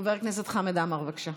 חבר הכנסת חמד עמאר, בבקשה.